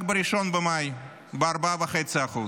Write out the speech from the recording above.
רק ב-1 במאי, ב-4.5%.